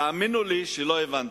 תאמינו לי שלא הבנתם.